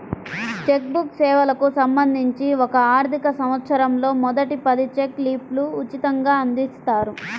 check book సేవలకు సంబంధించి ఒక ఆర్థికసంవత్సరంలో మొదటి పది చెక్ లీఫ్లు ఉచితంగ అందిస్తారు